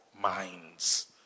minds